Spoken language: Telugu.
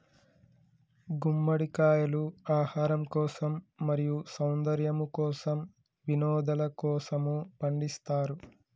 గుమ్మడికాయలు ఆహారం కోసం, మరియు సౌందర్యము కోసం, వినోదలకోసము పండిస్తారు